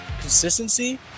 consistency